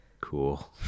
cool